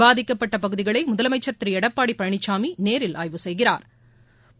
பாதிக்கப்பட்ட பகுதிகளை முதலமைச்சா் திரு எடப்பாடி பழனிசாமி நேரில் ஆய்வு செய்கிறாா்